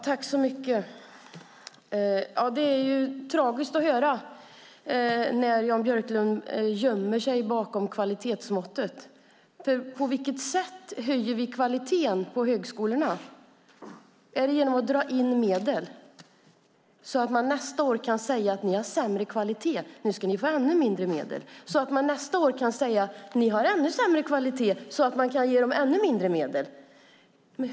Herr talman! Det är tragiskt att höra Jan Björklund gömma sig bakom kvalitetsmåttet, för på vilket sätt höjer vi kvaliteten på högskolorna? Är det genom att dra in medel för dem så att man nästa år kan säga att nu har ni sämre kvalitet, så nu ska ni få ännu mindre medel så att man nästa år kan säga att nu har ni ännu sämre kvalitet, så nu får ni ännu mindre medel?